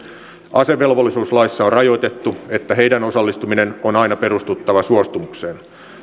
asevelvollisuuslaissa on rajoitettu että heidän osallistumisensa on aina perustuttava suostumukseen